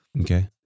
Okay